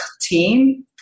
team